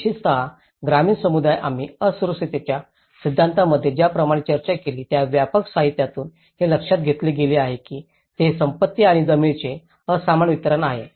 विशेषत ग्रामीण समुदाय आम्ही असुरक्षिततेच्या सिद्धांतामध्ये ज्याप्रमाणे चर्चा केली त्या व्यापक साहित्यातून हे लक्षात घेतले गेले आहे की ते संपत्ती आणि जमिनीचे असमान वितरण आहे